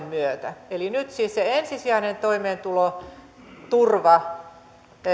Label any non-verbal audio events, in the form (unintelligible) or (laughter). (unintelligible) myötä eli nyt siis se ensisijainen toimeentuloturva